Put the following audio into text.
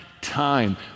time